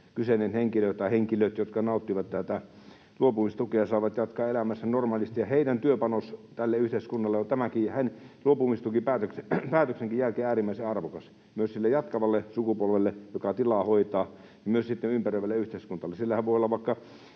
kyseinen henkilö tai henkilöt, jotka nauttivat tätä luopumistukea, saavat jatkaa elämäänsä normaalisti, ja heidän työpanoksensa tälle yhteiskunnalle on tämän luopumistukipäätöksenkin jälkeen äärimmäisen arvokas, myös sille jatkavalle sukupolvelle, joka tilaa hoitaa, ja myös ympäröivälle yhteiskunnalle. Siellähän voi olla